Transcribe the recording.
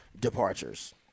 departures